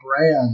brand